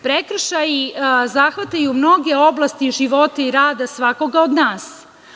Prekršaji zahvataju mnoge oblasti života i rada svakoga od nas.